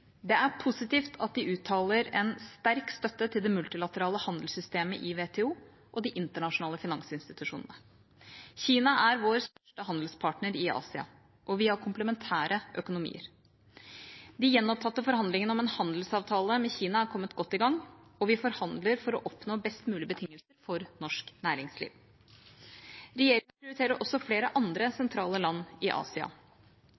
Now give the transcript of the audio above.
Det er positivt at de uttaler en sterk støtte til det multilaterale handelssystemet i WTO og de internasjonale finansinstitusjonene. Kina er vår største handelspartner i Asia, og vi har komplementære økonomier. De gjenopptatte forhandlingene om en handelsavtale med Kina er kommet godt i gang, og vi forhandler for å oppnå best mulig betingelser for norsk næringsliv. Regjeringa prioriterer også flere andre